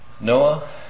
Noah